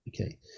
okay